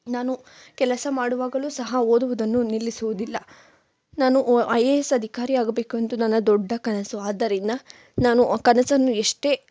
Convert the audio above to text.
ನಾನು ಕೆಲಸ ಮಾಡುವಾಗಲೂ ಸಹ ಓದುವುದನ್ನು ನಿಲ್ಲಿಸುವುದಿಲ್ಲ ನಾನು ಐ ಎ ಎಸ್ ಅಧಿಕಾರಿಯಾಗಬೇಕೆಂದು ನನ್ನ ದೊಡ್ಡ ಕನಸು ಆದ್ದರಿಂದ ನಾನು ಆ ಕನಸನ್ನು ಎಷ್ಟೇ